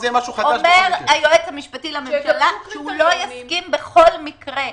זה יהיה משהו חדש בכל מקרה.